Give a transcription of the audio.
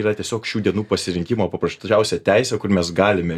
yra tiesiog šių dienų pasirinkimo paprasčiausia teise kur mes galime